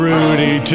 Rudy